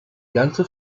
ganze